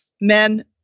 men